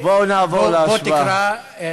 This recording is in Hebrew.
נעבור להשבעה.